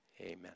Amen